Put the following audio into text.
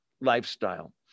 lifestyle